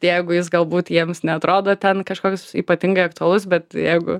jeigu jis galbūt jiems neatrodo ten kažkoks ypatingai aktualus bet jeigu